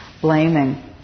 blaming